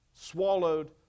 swallowed